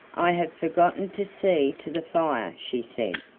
i have forgotten to see to the fire, she said.